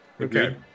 okay